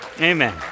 Amen